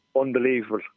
unbelievable